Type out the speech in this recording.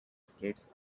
skates